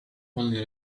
only